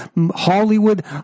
Hollywood